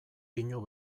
pinu